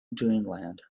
dreamland